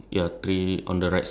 no that's it only